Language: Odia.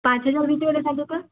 ପାଞ୍ଚ ହଜାର ଭିତରେ ଦେଖାନ୍ତୁ ତ